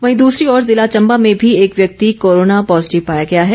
वहीं दसरी ओर जिला चंबा में भी एक व्यक्ति कोरोना पॉजिटिंव पाया गया है